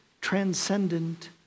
transcendent